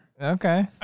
Okay